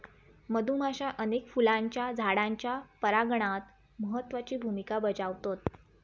मधुमाश्या अनेक फुलांच्या झाडांच्या परागणात महत्त्वाची भुमिका बजावतत